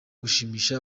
gushimisha